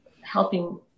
helping